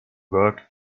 work